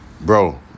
Bro